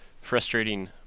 frustrating